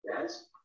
Yes